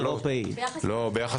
ביחס